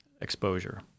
exposure